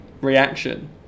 reaction